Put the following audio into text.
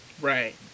Right